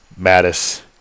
Mattis